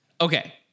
Okay